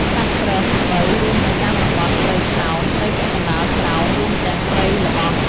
សត្វប្រើសស្បូវរស់នៅតាមតំបន់ព្រៃស្រោង ព្រៃពាក់កណ្តាលស្រោង រួមទាំងព្រៃល្បោះ។